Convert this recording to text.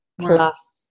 Plus